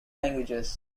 languages